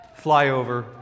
flyover